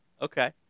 okay